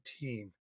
team